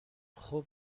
خوب